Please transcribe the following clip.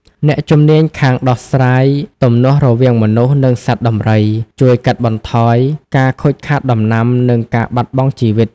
អ្នកជំនាញខាងដោះស្រាយទំនាស់រវាងមនុស្ស និងសត្វដំរី ជួយកាត់បន្ថយការខូចខាតដំណាំ និងការបាត់បង់ជីវិត។